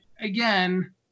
again